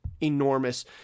enormous